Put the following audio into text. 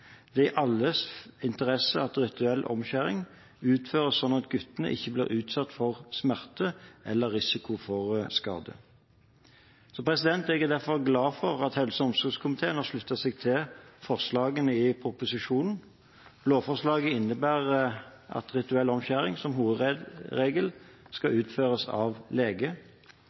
Det er i alles interesse at rituell omskjæring utføres slik at guttene ikke blir utsatt for smerte eller risiko for skade. Jeg er derfor glad for at helse- og omsorgskomiteen har sluttet seg til forslaget i proposisjonen. Lovforslaget innebærer at rituell omskjæring som hovedregel skal utføres av lege.